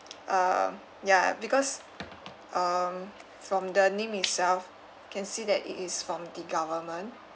uh ya because um from the name itself can see that it is from the government